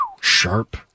sharp